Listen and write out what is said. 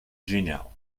genial